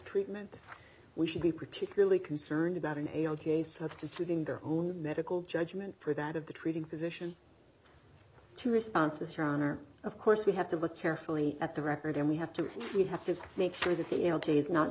treatment we should be particularly concerned about an a ok substituting their own medical judgment for that of the treating physician two responses your honor of course we have to look carefully at the record and we have to we have to make sure th